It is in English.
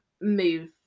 move